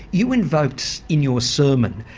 you invoked in your sermon,